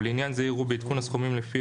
ולעניין זה יראו בעדכון הסכומים לפי